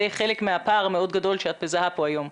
זה חלק מהפער המאוד גדול שאת מזהה פה היום.